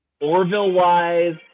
Orville-wise